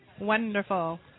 Wonderful